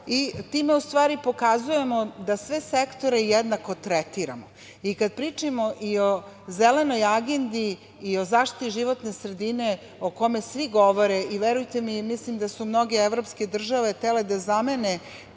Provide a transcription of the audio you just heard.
Time u stvari pokazujemo da sve sektore jednako tretiramo. Kada pričamo i o „Zelenoj agendi“ i o zaštiti životne sredine, o kome svi govore, a verujte mi, mislim da su mnoge evropske države htele da zamene